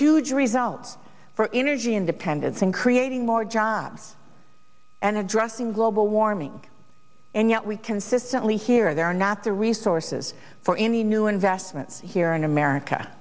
huge results for energy independence and creating more jobs and addressing global warming and yet we consistently hear there are not the resources for any new investments here in america